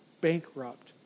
bankrupt